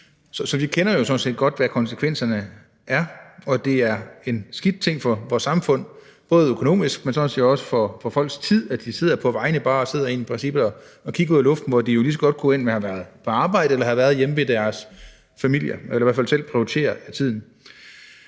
Så vi ved sådan set godt, hvad konsekvenserne er, og det er en skidt ting for vores samfund – både økonomisk, men sådan set også for folks tid, i forhold til at de i princippet bare sidder og kigger ud i luften, hvor de jo lige så godt kunne have været på arbejde eller have været hjemme ved deres familier, eller i hvert fald selv have prioriteret tiden.